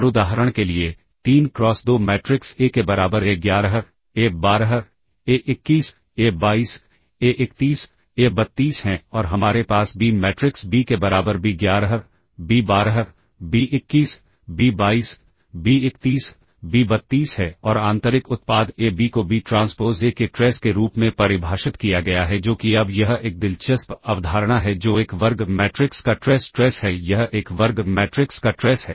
और उदाहरण के लिए 3 क्रॉस 2 मैट्रिक्स ए के बराबर ए11 ए12 ए21 ए22 ए31 ए32 हैं और हमारे पास बी मैट्रिक्स बी के बराबर बी11 बी12 बी21 बी22 बी31 बी32 है और आंतरिक उत्पाद ए बी को बी ट्रांसपोज़ ए के ट्रेस के रूप में परिभाषित किया गया है जो कि अब यह एक दिलचस्प अवधारणा है जो एक वर्ग मैट्रिक्स का ट्रेस ट्रेस है यह एक वर्ग मैट्रिक्स का ट्रेस है